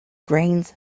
grains